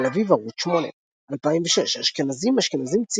תל אביב ערוץ 8. 2006 - האשכנזים - אשכנזים